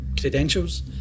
credentials